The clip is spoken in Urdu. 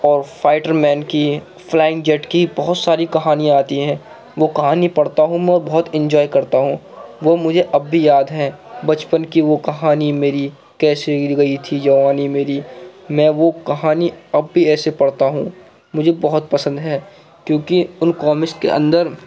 اور فائٹر مین کی فلائنگ جیٹ کی بہت ساری کہانیاں آتی ہیں وہ کہانی پڑھتا ہوں میں تو بہت انجوائے کرتا ہوں وہ مجھے اب بھی یاد ہے بچپن کی وہ کہانی میری کیسے گر گئی تھی جوانی میری میں وہ کہانی اب بھی ایسے پڑھتا ہوں مجھے بہت پسند ہے کیونکہ اُن کامکس کے اندر